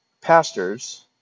pastors